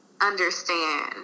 understand